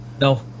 No